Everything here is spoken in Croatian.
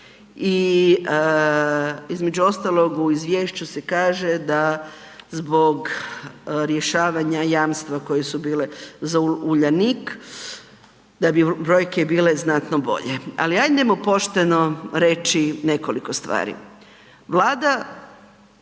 i između ostalog u izvješću se kaže da zbog rješavanja jamstva koja su bile za Uljanik da bi brojke bile znatno bolje. Ali hajmo pošteno reći nekoliko stvari. Vlada